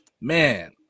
Man